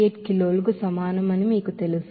38 కిలోలకు సమానమని మీకు తెలుసు